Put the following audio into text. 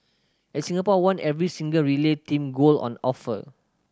and Singapore won every single relay team gold on offer